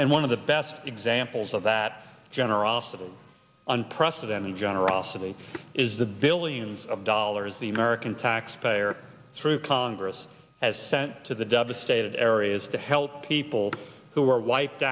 and one of the best examples of that generosity unprecedented generosity is the billions of dollars the american taxpayer through congress has sent to the devastated areas to help people who were wiped